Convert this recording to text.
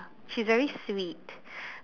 she's very sweet